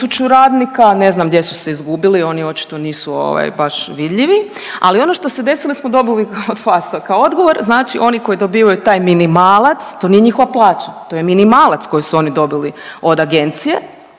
tisuću radnika, ne znam gdje su se izgubili oni očito nisu baš vidljivi. Ali ono što se desilo mi smo dobili … kao odgovor znači oni koji dobivaju taj minimalna, to nije njihova plaća to je minimalac koji su oni dobili od agencije